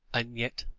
and yet,